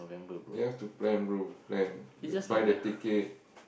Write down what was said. you have to plan bro plan buy the ticket